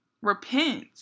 repent